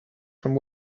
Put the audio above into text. from